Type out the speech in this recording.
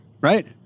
right